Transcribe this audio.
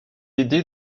aidé